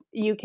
UK